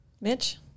Mitch